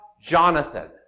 Jonathan